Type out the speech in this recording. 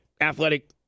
athletic